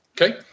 Okay